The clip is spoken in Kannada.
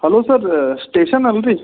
ಹಲೋ ಸರ್ ಸ್ಟೇಶನ್ ಅಲ್ರೀ